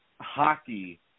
hockey